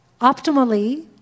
optimally